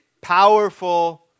powerful